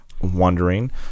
Wondering